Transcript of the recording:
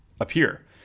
appear